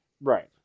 Right